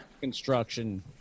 construction